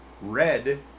red